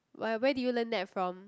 why where did you learn that from